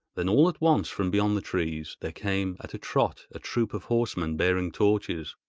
then all at once from beyond the trees there came at a trot a troop of horsemen bearing torches.